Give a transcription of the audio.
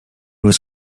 was